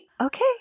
okay